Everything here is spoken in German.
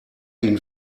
ihn